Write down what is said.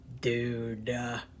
Dude